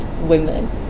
women